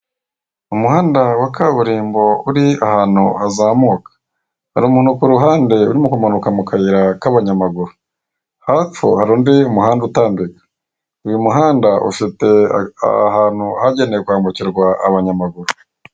Umuhanda wa kaburimbo uri ahantu hazamuka, hari umuntu ku ruhande urimo kumanuka mu kayira k'abanyamaguru, hepfo hari undi muhanda utambika. Uyu muhanda ufite ahantu hagenewe kwambukurwa abanyamaguru.